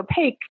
opaque